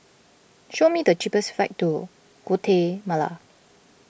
show me the cheapest flights to Guatemala